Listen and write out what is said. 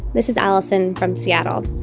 this is allison from seattle.